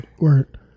Word